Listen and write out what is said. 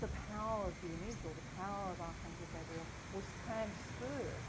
the power of the image or the power of archangel gabriel was transferred,